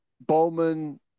Bowman –